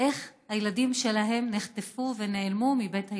איך הילדים שלהם נחטפו ונעלמו מבית הילדים.